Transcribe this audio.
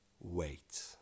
wait